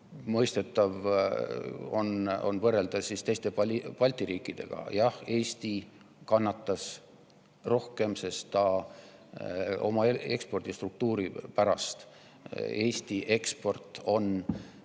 mõistetav võrrelda meid teiste Balti riikidega. Jah, Eesti kannatas rohkem oma ekspordistruktuuri pärast. Eesti eksport on